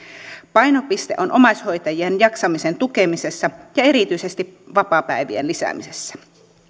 painopiste on omaishoitajien jaksamisen tukemisessa ja erityisesti vapaapäivien lisäämisessä